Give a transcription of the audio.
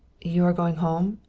you are going home?